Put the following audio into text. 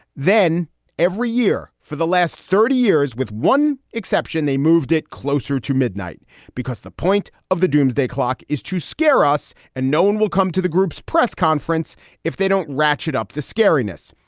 then every year for the last thirty years, with one exception, they moved it closer to midnight because the point of the doomsday clock is to scare us and no one will come to the group's press conference if they don't ratchet up the scariness.